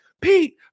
Pete